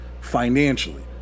financially